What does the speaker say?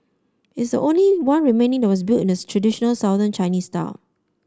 it's the only one remaining that was built in the traditional Southern Chinese style